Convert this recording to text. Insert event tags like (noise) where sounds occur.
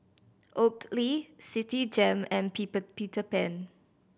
Oakley Citigem and (unintelligible) Peter Pan